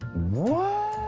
what?